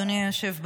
אדוני היושב בראש,